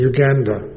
Uganda